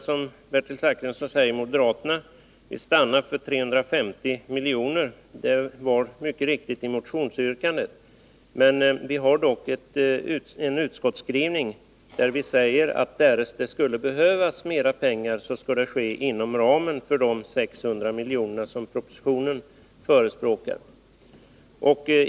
Som Bertil Zachrisson säger, vill moderaterna stanna för 350 milj.kr. Så står det mycket riktigt i motionsyrkandet. Men vi har dock en utskottsskrivning, där vi säger att därest det skulle behövas mera pengar skall dessa tilldelas inom ramen av de 600 milj.kr. som propositionen förespråkar.